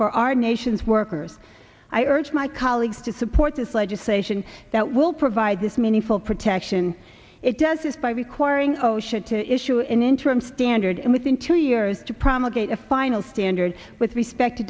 for our nation's workers i urge my colleagues to support this legislation that will provide this meaningful protection it does is by requiring osha to issue an interim standard and within two years to promulgated final standards with respect to